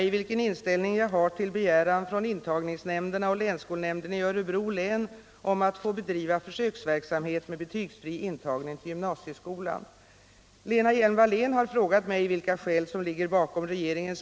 Intagningsnämnderna och länsskolnämnden i Örebro län har begärt att få genomföra en försöksverksamhet med betygsfri intagning till gymnasieskolan i Örebro län. SÖ har tillstyrkt förslaget, och ärendet ligger nu hos regeringen.